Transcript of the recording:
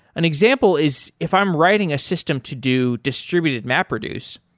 an example is if i'm writing a system to do distributed map reduce,